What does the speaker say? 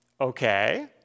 Okay